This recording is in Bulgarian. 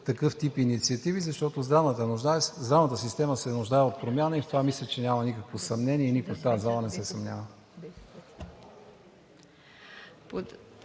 такъв тип инициативи, защото здравната система се нуждаe от промяна и в това мисля, че няма никакво съмнение и никой в тази зала не се съмнява.